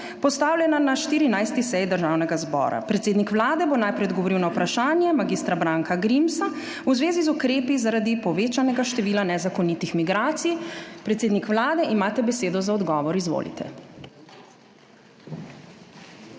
postavljena na 14. seji Državnega zbora. Predsednik Vlade bo najprej odgovoril na vprašanje mag. Branka Grimsa v zvezi z ukrepi zaradi povečanega števila nezakonitih migracij. Predsednik Vlade, imate besedo za odgovor, izvolite.